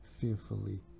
fearfully